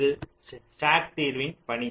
இது SAT தீர்வின் பணி